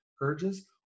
urges